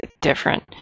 different